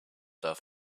darf